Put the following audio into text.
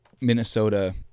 Minnesota